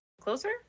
closer